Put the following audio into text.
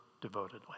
devotedly